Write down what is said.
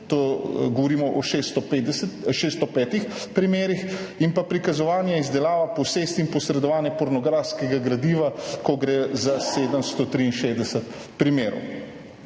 – govorimo o 605 primerih – in pa prikazovanje, izdelava, posest in posredovanje pornografskega gradiva, ko je šlo za 763 primerov.